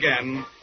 again